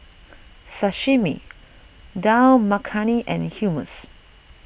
Sashimi Dal Makhani and Hummus